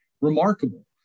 remarkable